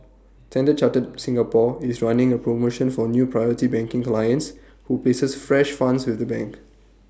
standard chartered Singapore is running A promotion for new priority banking clients who places fresh funds with the bank